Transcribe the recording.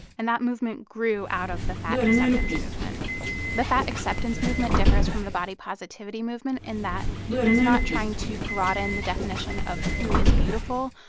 and that movement grew out of the fat acceptance movement the fat acceptance movement differs from the body positivity movement in that it's not trying to broaden the definition of who is beautiful,